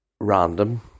random